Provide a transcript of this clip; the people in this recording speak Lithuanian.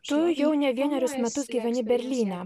tu jau ne vienerius metus gyveni berlyne